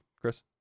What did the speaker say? Chris